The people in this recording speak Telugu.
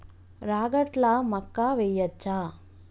రాగట్ల మక్కా వెయ్యచ్చా?